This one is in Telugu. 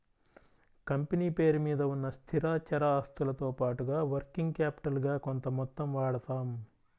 కంపెనీ పేరు మీద ఉన్న స్థిరచర ఆస్తులతో పాటుగా వర్కింగ్ క్యాపిటల్ గా కొంత మొత్తం వాడతాం